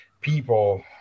people